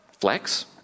Flex